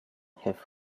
have